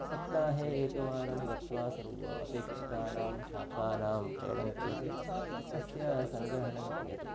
सप्ताहे एकवारं गत्वा सर्व अपेक्षितानां शाकानां क्रयणं क्रियते तस्य सङ्ग्रहणं क्रियते